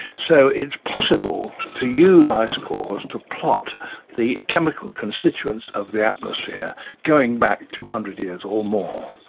so it's possible to use ice cores to plot the chemical constituents of the atmosphere going back two hundred years or more.